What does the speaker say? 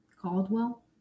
Caldwell